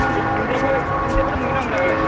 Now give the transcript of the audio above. ओमफ्राय दुन्दियाफोर मोनगोनना मोना फालाय